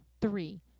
Three